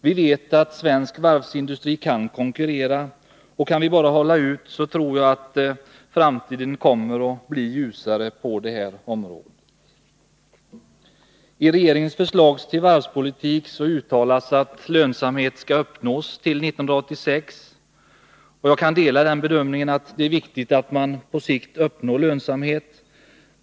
Vi vet att svensk varvsindustri kan konkurrera, och kan vi bara hålla ut tror jag att framtiden kommer att bli ljusare på detta område. I regeringens förslag till varvspolitik uttalas att lönsamhet måste uppnås till 1986. Jag kan instämma i bedömningen att det är viktigt att på sikt uppnå lönsamhet.